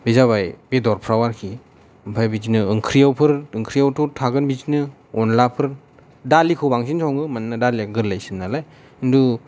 बे जाबाय बेदरफ्राव आरखि ओमफाय बिदिनो ओंख्रिआव फोर ओंख्रिआवथ' थागोन बिदिनो अनलाफोर दालिखौ बांसिन सङो मानोना दालिया गोरलैसिन नालाय खिनथु